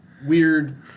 Weird